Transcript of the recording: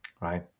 right